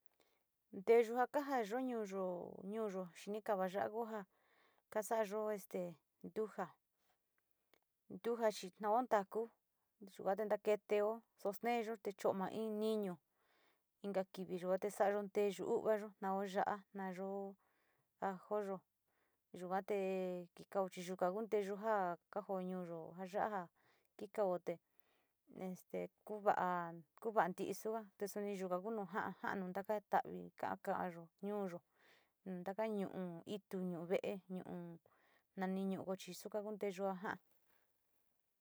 Teeya ja kajaayo ñuyo, nuyo xinikaa´a ya´a ku ja kasa´ayo este ntuja, ntuja chi tao ntaku yuate na keeteo sosteeyo te cho´o ma iniñu inka kivi yuate sa´ayo nteyu vaayo, tao ya´ayo, ya´ayo ajoyo, yuate kikao te este ku va a ku va nti suga yuga ku nu ja´a ja´a nu taka tavi kakayo ñuuyo nu taka ñu´u itu, ñu´u ve´e, ñu´u itu, ñu´u ve´e chi suka kuu nteyuu ja ja´a.